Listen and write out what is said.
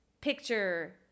picture